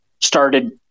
started